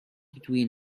between